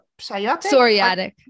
psoriatic